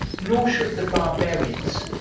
nor should the barbarians,